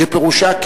ופירושו,